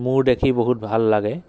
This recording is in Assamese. মোৰ দেখি বহুত ভাল লাগে